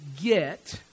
get